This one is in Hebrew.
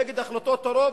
נגד החלטות הרוב,